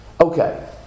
Okay